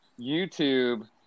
YouTube